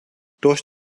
durch